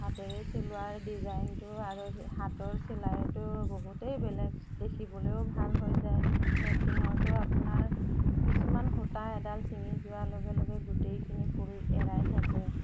হাতেৰে চিলোৱা ডিজাইনটো আৰু হাতৰ চিলাইটো বহুতেই বেলেগ দেখিবলৈয়ো ভাল হৈ যায় মেচিনৰটো আপোনাৰ কিছুমান সূতা এডাল চিঙি যোৱা লগে লগে গোটেইখিনি ফুল এৰাই থাকে